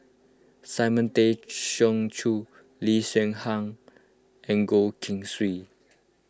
Simon Tay Seong Chee Lee Hsien Yang and Goh Keng Swee